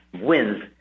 wins